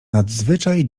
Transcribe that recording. nadzwyczaj